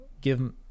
give